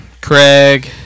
Craig